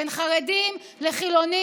בין חרדים לחילונים.